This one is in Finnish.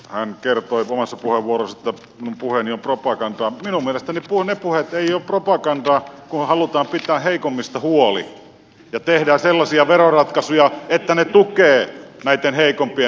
hän kertoi omassa puheenvuorossaan että minun puheeni on propagandaa mutta minun mielestäni ne puheet eivät ole propagandaa kun halutaan pitää heikoimmista huolta ja tehdään sellaisia veroratkaisuja että ne tukevat näitten heikompien asemaa